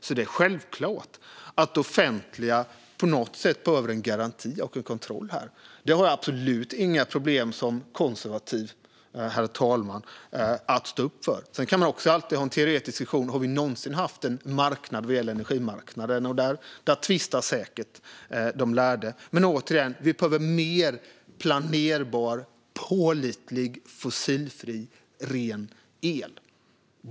Så det är självklart att det offentliga på något sätt behöver en garanti och en kontroll här. Det har jag, herr talman, som konservativ absolut inga problem med att stå upp för. Sedan kan man alltid ha en teoretisk diskussion. Har vi någonsin haft en marknad när det gäller energi? Där tvistar säkert de lärde. Men återigen - vi behöver mer planerbar, pålitlig, fossilfri, ren el.